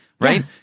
right